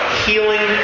healing